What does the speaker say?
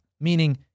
meaning